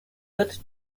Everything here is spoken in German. wird